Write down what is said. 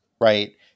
right